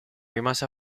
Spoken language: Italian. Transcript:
rimase